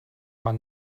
man